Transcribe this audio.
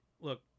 look